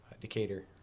Decatur